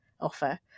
offer